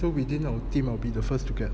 so within our team I will be the first to get